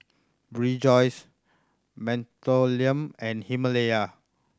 Rejoice Mentholatum and Himalaya